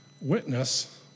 witness